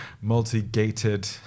multi-gated